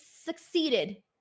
succeeded